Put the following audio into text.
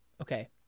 Okay